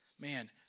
man